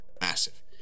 massive